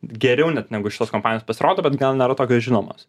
geriau net negu šitos kompanijos pasirodo bet gal nėra tokios žinomos